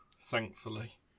thankfully